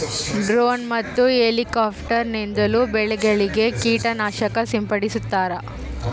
drone ಮತ್ತು helicopter ನಿಂದಲೂ ಬೆಳೆಗಳಿಗೆ ಕೀಟ ನಾಶಕ ಸಿಂಪಡಿಸ್ತಾರ